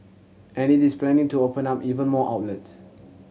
and it is planning to open up even more outlets